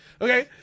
Okay